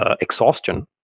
exhaustion